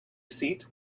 seat